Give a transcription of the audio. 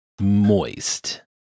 Moist